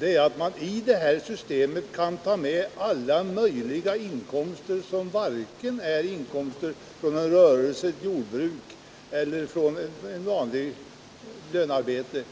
är att man i det här systemet kan ta med alla möjliga inkomster som varken är inkomst från rörelse, inkomst från jordbruk eller inkomst från lönearbete.